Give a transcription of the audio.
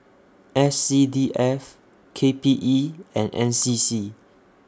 S C D F K P E and N C C